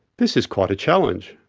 this is quite a challenge,